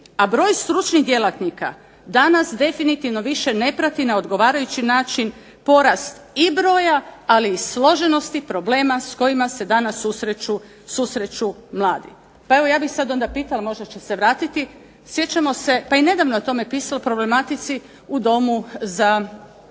A broj stručnih djelatnika danas definitivno više ne prati na odgovarajući način porast i broja, ali i složenosti problema s kojima se danas susreću mladi. Pa evo ja bih sad onda pitala, možda će se vratiti, sjećamo se, pa i nedavno je o tome pisano, problematici u Domu za odgoj